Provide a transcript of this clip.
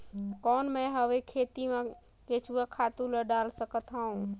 कौन मैं हवे खेती मा केचुआ खातु ला डाल सकत हवो?